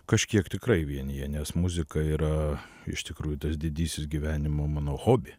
kažkiek tikrai vienija nes muzika yra iš tikrųjų tas didysis gyvenimo mano hobi